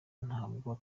ntabwo